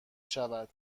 شود